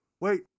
Wait